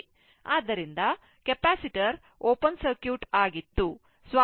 ಆದ್ದರಿಂದ capacitor open circuit ಆಗಿತ್ತು